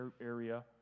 area